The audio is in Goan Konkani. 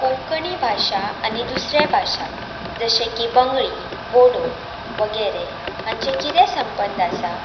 कोंकणी भाशा आनी दुसऱ्या भाशा जशे की बंगळी बोडो वगेरे हांचें कितें संबंद आसा